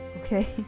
okay